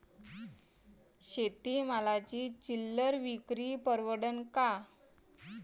शेती मालाची चिल्लर विक्री परवडन का?